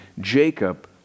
Jacob